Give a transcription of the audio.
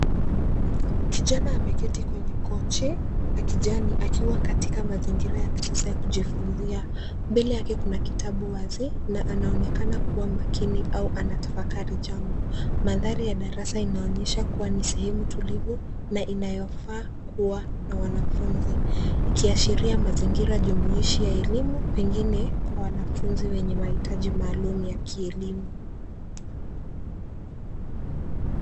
Kijana ameketi kwenye kochi la kijani akiwa katika mazingira ya kisasa ya kujifunzia. Mbele yake kuna kitabu wazi na anaonekana kuwa makini au anatafakari jambo. Mandhari ya darasa inaonyesha kuwa ni sehemu tulivu na inayofaa kuwa na wanafunzi. Ikiashiria mazingira jumuishi ya elimu, pengine kwa wanafunzi wenye mahitaji maalum ya kielimu.